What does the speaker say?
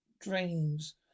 drains